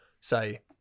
say